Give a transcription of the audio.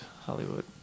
Hollywood